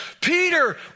Peter